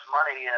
money